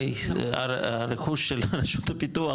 הרי הרכוש של רשות הפיתוח,